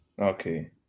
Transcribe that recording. Okay